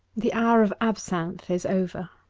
the hour of absinthe is over.